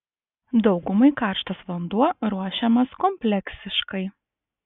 daugumai karštas vanduo ruošiamas kompleksiškai